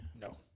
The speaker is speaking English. No